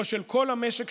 או של כל המשק,